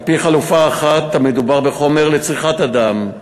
על-פי חלופה אחת, מדובר בחומר לצריכת אדם,